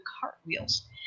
cartwheels